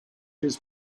his